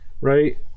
Right